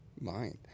mind